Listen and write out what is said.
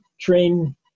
train